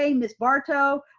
ah miss barto,